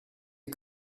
you